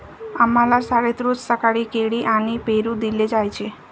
आम्हाला शाळेत रोज सकाळी केळी आणि पेरू दिले जायचे